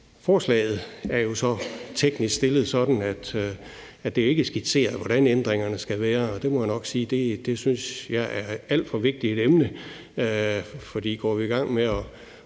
Forslaget er jo så teknisk stillet sådan, at det ikke skitserer, hvordan ændringerne skal være, og der må jeg nok sige, at det synes jeg er et alt for vigtigt emne til det. For går vi i gang med at